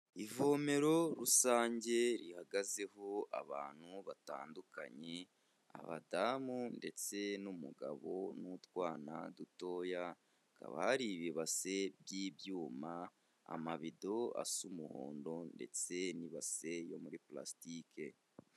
Ivomero rusange rihagazeho abantu batandukanye, abadamu ndetse n'umugabo n'utwana dutoya hakaba hari ibibase by'ibyuma, amabido asa umuhondo ndetse n'ibase yo muri purasitike.